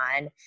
on